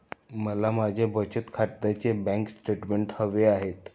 मला माझ्या बचत खात्याचे बँक स्टेटमेंट्स हवे आहेत